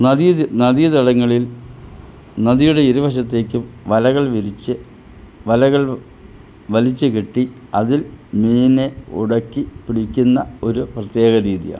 നദി നദീ തടങ്ങളിൽ നദിയുടെ ഇരുവശത്തേക്കും വലകൾ വിരിച്ച് വലകൾ വലിച്ച് കെട്ടി അതിൽ മീനിനെ ഉടക്കി പിടിക്കുന്ന ഒരു പ്രത്യേക രീതിയാണ്